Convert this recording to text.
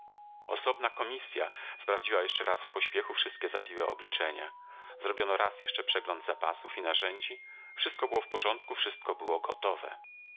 osobna komisja sprawdziła jeszcze raz w pośpiechu wszystkie zawiłe obliczenia zrobiono raz jeszcze przegląd zapasów i narzędzi wszystko było w porządku wszystko było gotowe